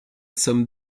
some